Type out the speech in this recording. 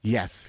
Yes